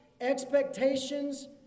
expectations